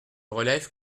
relève